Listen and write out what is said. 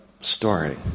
story